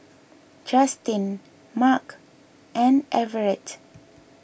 Justin Marc and Everette